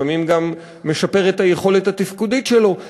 לפעמים גם משפר את היכולת התפקודית שלו.